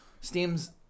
Steam's